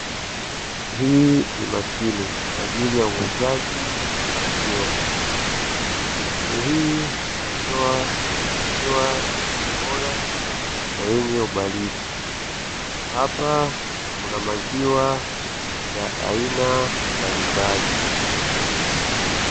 Hii ni mashine kwa ajili ya uuzaji wa maziwa, mashine hii inatoa maziwa yaliyo bora na yenye ubaridi, hapa kuna maziwa ya aina mbalimbali.